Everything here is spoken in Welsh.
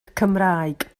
cymraeg